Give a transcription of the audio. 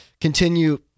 continue